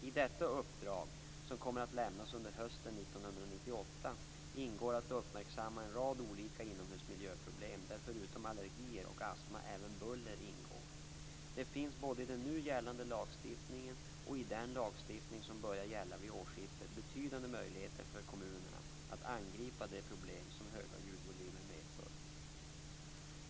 I detta uppdrag, som kommer att lämnas under hösten 1998, ingår att uppmärksamma en rad olika inomhusmiljöproblem, där förutom allergier och astma även buller ingår. Det finns, både i den nu gällande lagstiftningen och i den lagstiftning som börjar gälla vid årsskiftet, betydande möjligheter för kommunerna att angripa de problem som höga ljudvolymer medför.